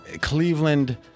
Cleveland—